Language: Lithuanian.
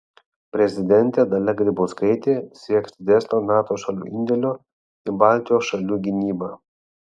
prezidentė dalia grybauskaitė sieks didesnio nato šalių indėlio į baltijos šalių gynybą